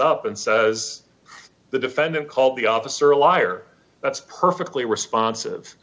up and says the defendant called the officer a liar that's perfectly responsive